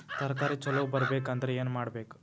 ತರಕಾರಿ ಛಲೋ ಬರ್ಬೆಕ್ ಅಂದ್ರ್ ಏನು ಮಾಡ್ಬೇಕ್?